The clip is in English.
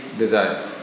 desires